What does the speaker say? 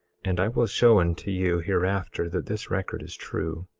and i will show unto you hereafter that this record is true.